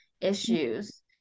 issues